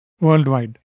worldwide